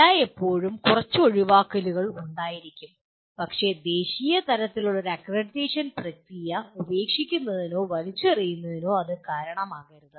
എല്ലായ്പ്പോഴും കുറച്ച് ഒഴിവാക്കലുകൾ ഉണ്ടായിരിക്കും പക്ഷേ ദേശീയ തലത്തിലുള്ള അക്രഡിറ്റേഷൻ പ്രക്രിയ ഉപേക്ഷിക്കുന്നതിനോ വലിച്ചെറിയുന്നതിനോ കാരണമാകരുത്